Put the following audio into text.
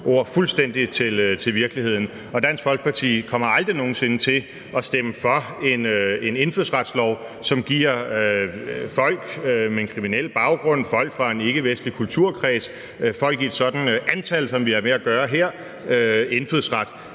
ord fuldstændig til virkeligheden, og Dansk Folkeparti kommer aldrig nogen sinde til at stemme for en indfødsretslov, som giver folk med en kriminel baggrund, folk fra en ikkevestlig kulturkreds, folk i et sådant antal, som vi har med at gøre her, indfødsret.